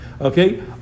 Okay